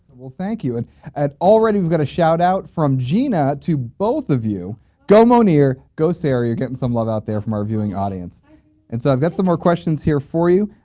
thank you and and already we've got a shout-out from gina to both of you go moneer! go sarah! you're getting some love out there from our viewing audience and so i've got some more questions here for you.